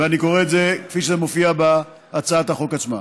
ואני קורא את זה כפי שזה מופיע בהצעת החוק עצמה: